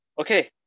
Okay